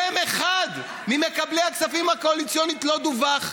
שֵם אחד ממקבלי הכספים הקואליציוניים לא דֻווח,